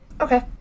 Okay